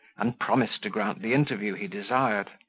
and promised to grant the interview he desired.